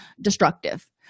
destructive